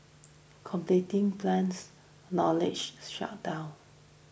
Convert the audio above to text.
competing plans knowledge showdown